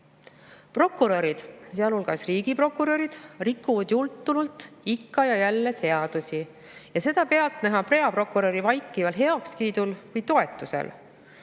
Prokurörid, sealhulgas riigiprokurörid, rikuvad jultunult ikka ja jälle seadusi, ja seda pealtnäha peaprokuröri vaikiva heakskiidu või toetusega.